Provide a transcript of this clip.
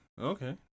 okay